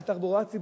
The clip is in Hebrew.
על תחבורה ציבורית